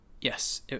yes